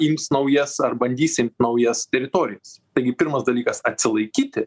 ims naujas ar bandys imt naujas teritorijas taigi pirmas dalykas atsilaikyti